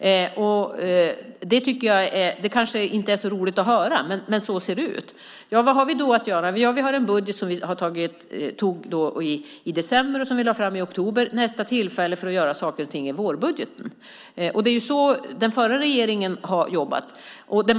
Det kanske inte är så roligt att höra, men så ser det ut. Vad har vi då att göra? Vi antog en budget i december; vi lade fram den i oktober. Nästa tillfälle att göra saker och ting är i samband med vårbudgeten. Det var ju så den förra regeringen jobbade.